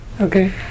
Okay